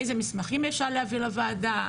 איזה מסמכים אפשר להביא לוועדה,